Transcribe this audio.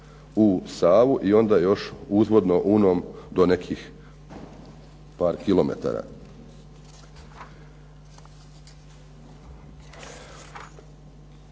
u Savu i onda još uzvodno Unom do nekih par kilometara.